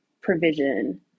provision